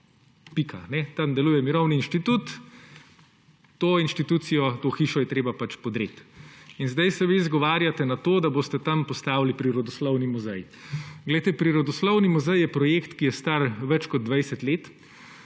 Pika. Tam deluje Mirovni inštitut, to inštitucijo, to hišo je treba podreti. In zdaj se vi izgovarjate na to, da boste tam postavili prirodoslovni muzej. Prirodoslovni muzej je projekt, ki je star več kot 20 let,